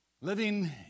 Living